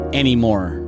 anymore